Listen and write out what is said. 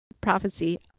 prophecy